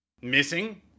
Missing